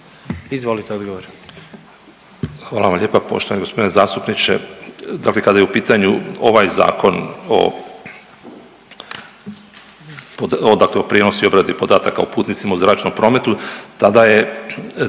**Katić, Žarko** Hvala vam lijepa. Poštovani gospodine zastupniče, dakle kada je u pitanju ovaj zakon o, dakle o prijenosu i obradi podataka o putnicima u zračnom prometu tada je